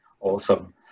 awesome